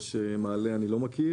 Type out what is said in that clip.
שהיושב-ראש מעלה.